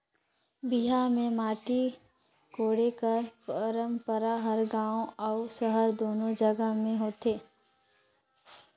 बिहा मे माटी कोड़े कर पंरपरा हर गाँव अउ सहर दूनो जगहा मे होथे